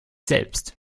selbst